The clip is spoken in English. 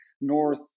North